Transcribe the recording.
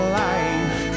life